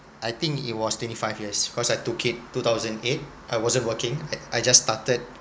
I think it was twenty five years cause I took it two thousand eight I wasn't working at~ I just started